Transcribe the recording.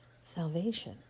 Salvation